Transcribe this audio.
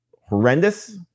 horrendous